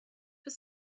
were